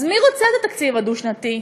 אז מי רוצה את התקציב הדו-שנתי?